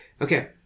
Okay